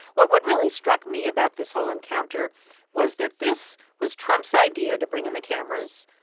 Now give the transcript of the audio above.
what what really struck me about this whole encounter was that this was trump's idea to bring in the cameras.